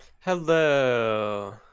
Hello